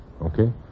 Okay